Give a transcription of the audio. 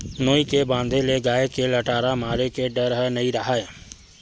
नोई के बांधे ले गाय के लटारा मारे के डर ह नइ राहय